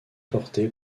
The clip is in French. porté